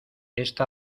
esta